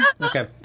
Okay